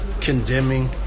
condemning